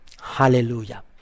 Hallelujah